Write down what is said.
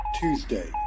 Tuesday